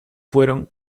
fueron